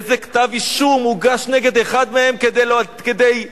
איזה כתב-אישום הוגש נגד אחד מהם כדי להדליק